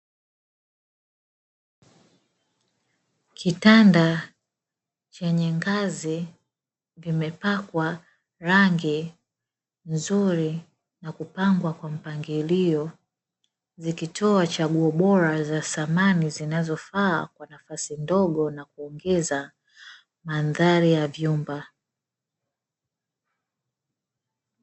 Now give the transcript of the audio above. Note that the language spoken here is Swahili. Kitanda chenye ngazi kimepakwa rangi nzuri na kupangwa kwa mpangilio zikitoa chaguo bora za samani zinazofaa kwa nafasi ndogo na kuongeza mandhari ya vyumba.